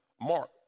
Mark